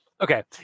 Okay